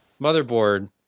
motherboard